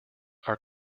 our